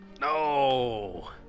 no